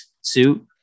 suit